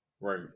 Right